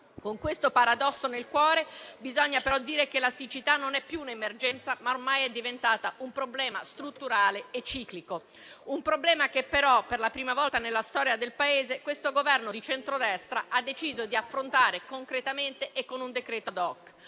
Con questo paradosso nel cuore, bisogna però dire che la siccità non è più un'emergenza, ma ormai è diventata un problema strutturale e ciclico, un problema che però, per la prima volta nella storia del Paese, questo Governo di centro-destra ha deciso di affrontare concretamente e con un decreto *ad